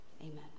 Amen